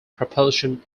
propulsion